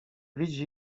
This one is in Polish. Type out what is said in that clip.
widzi